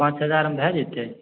पॉँच हजारमे भऽ जेतै